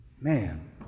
Man